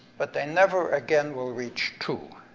but they never again will reach two.